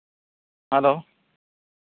hello